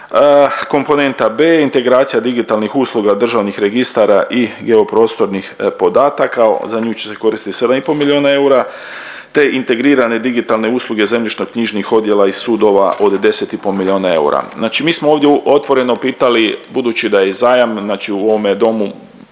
Komponenta B, integracija digitalnih usluga državnih registara i geoprostornih podataka, za nju će se koristiti 7,5 miliona eura te integrirane digitalne usluge zemljišno-knjižnih odjela i sudova od 10,5 miliona eura. Znači mi smo ovdje otvoreno pitali, budući da je zajam znači u ovome domu